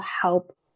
help